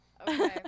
Okay